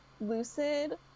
lucid